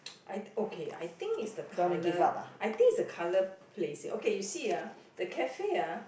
I okay I think it's the colour I think it's the colour placing okay you see ah the cafe ah